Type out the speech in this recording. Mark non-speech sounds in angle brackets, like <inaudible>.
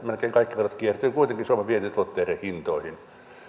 <unintelligible> melkein kaikki verot kiertyvät kuitenkin suomen vientituotteiden hintoihin